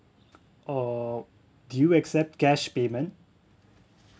uh do you accept cash payment